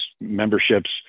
memberships